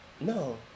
No